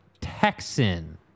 Texan